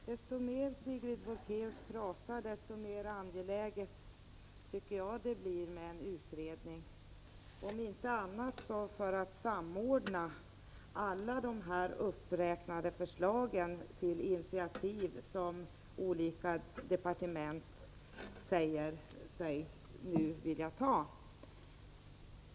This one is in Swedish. Herr talman! Ju mer Sigrid Bolkéus pratar desto mer angeläget tycker jag att det blir med en utredning. Om inte annat så för att samordna alla de här uppräknade förslagen till initiativ som olika departement nu säger sig vilja ta.